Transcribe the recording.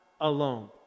alone